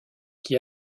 qui